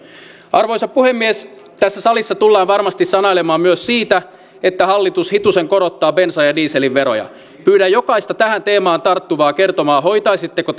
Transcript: arvoisa puhemies tässä salissa tullaan varmasti sanailemaan myös siitä että hallitus hitusen korottaa bensan ja dieselin veroja pyydän jokaista tähän teemaan tarttuvaa kertomaan hoitaisitteko